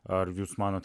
ar jūs manot